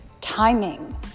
timing